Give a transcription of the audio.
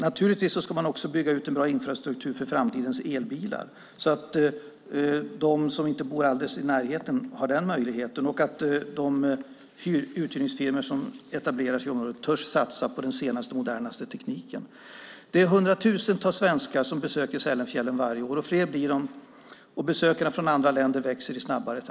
Naturligtvis ska man också bygga ut en bra infrastruktur för framtidens elbilar så att de som inte bor alldeles i närheten har den möjligheten och de uthyrningsfirmor som etablerar sig i området törs satsa på den senaste modernaste tekniken. Hundratusentals svenskar besöker Sälenfjällen varje år, och fler blir det. Antalet besökare från andra länder växer i allt snabbare takt.